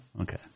Okay